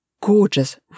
gorgeous